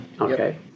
okay